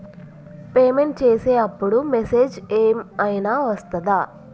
Payment చేసే అప్పుడు message ఏం ఐనా వస్తదా?